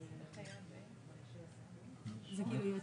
מבחינת לוח זמנים.